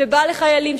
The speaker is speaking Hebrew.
שבא לחיילים,